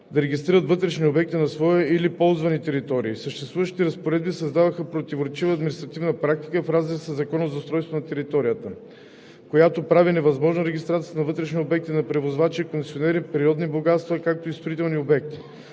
да регистрират вътрешни обекти на свои или ползвани територии. Съществуващите разпоредби създават противоречива административна практика в разрез със Закона за устройство на територията, която прави невъзможна регистрацията на вътрешни обекти на превозвачи, концесионери на природни богатства, както и строителни обекти,